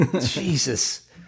jesus